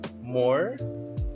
more